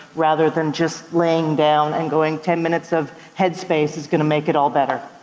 rather than just laying down and going, ten minutes of head space is gonna make it all better.